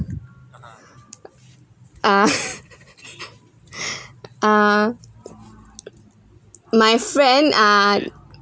ah ah my friend ah